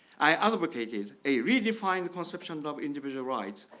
i advocated a redefined conception of individual rights.